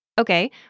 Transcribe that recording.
Okay